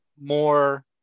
more